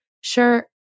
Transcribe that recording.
Sure